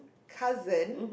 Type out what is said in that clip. cousin